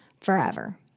forever